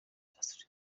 industry